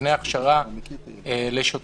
נבנה הכשרה לשוטרים,